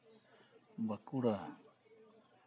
Bankura